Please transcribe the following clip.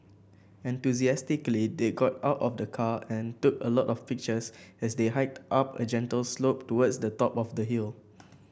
enthusiastically they got out of the car and took a lot of pictures as they hiked up a gentle slope towards the top of the hill